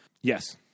Yes